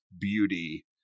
beauty